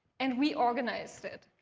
and we organized it.